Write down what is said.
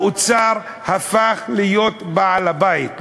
האוצר הפך להיות בעל-הבית.